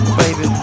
baby